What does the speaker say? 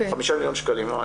5 מיליון שקלים.